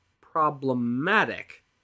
problematic